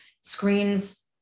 screens